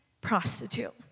prostitute